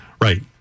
right